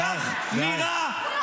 די.